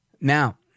Now